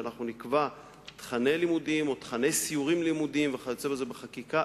שאנחנו נקבע תוכני לימודים או תוכני סיורים לימודיים וכיוצא בזה בחקיקה,